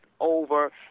over